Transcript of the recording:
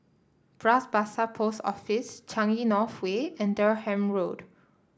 Bras Basah Post Office Changi North Way and Durham Road